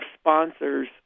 sponsors